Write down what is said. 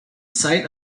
site